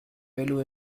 bello